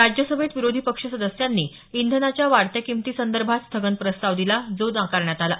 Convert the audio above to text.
राज्यसभेत विरोधी पक्ष सदस्यांनी इंधनाच्या वाढत्या किंमतीसंदर्भात स्थगन प्रस्ताव दिला जो नाकारण्यात आला